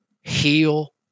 heal